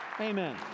Amen